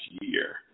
year